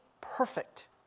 perfect